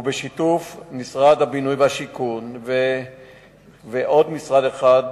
ובשיתוף משרד הבינוי והשיכון ועוד משרד אחד,